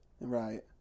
Right